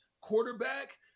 quarterback